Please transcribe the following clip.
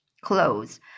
clothes